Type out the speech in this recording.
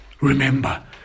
remember